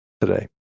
today